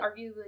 arguably